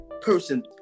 person